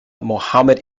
mohammed